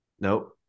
nope